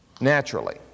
naturally